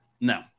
no